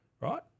right